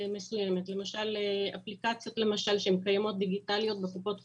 למשל אפליקציות דיגיטליות שקיימות בקופות חולים.